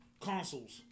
consoles